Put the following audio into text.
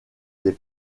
des